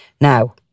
Now